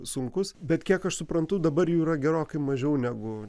sunkūs bet kiek aš suprantu dabar jų yra gerokai mažiau negu